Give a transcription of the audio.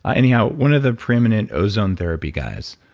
anyhow, one of the preeminent ozone therapy guys,